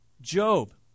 Job